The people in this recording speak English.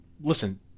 listen